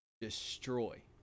destroy